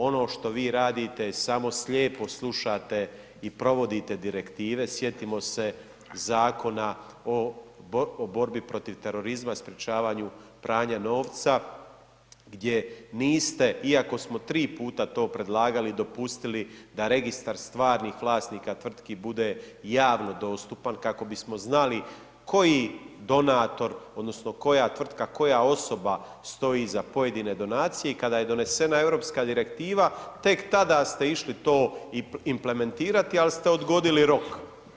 Ono što vi radite je samo slijepo slušate i provodite direktive, sjetimo se Zakona o borbi protiv terorizma, sprječavanju pranja novca gdje niste, iako smo 3 puta to predlagali dopustili da registar stvarnih vlasnika tvrtki bude javno dostupan, kako bismo znali koji donator odnosno koja tvrtka, koja osoba stoji iza pojedine donacije i kada je donesena Europska Direktiva tek tada ste išli to implementirati, ali ste odgodili rok.